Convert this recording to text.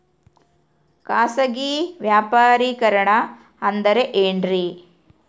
ಖಾಸಗಿ ವ್ಯಾಪಾರಿಕರಣ ಅಂದರೆ ಏನ್ರಿ?